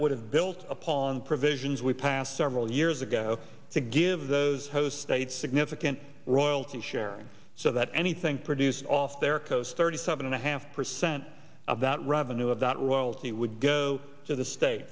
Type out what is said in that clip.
would have built upon provisions we passed several years ago to give those host states significant royalty sharing so that anything produced off their coast thirty seven and a half percent of that revenue of that royalty would go to the state